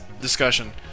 discussion